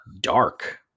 dark